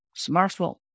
smartphone